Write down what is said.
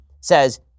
says